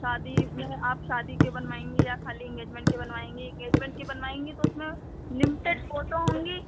शादी आप शादी के बनवाएंगी या खाली इंगेजमेंट के बनवाएंगी इंगेजमेंट के बनवायेंगी तो उसमें लिमिटेड फोटो होंगी